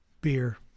Beer